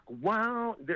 Wow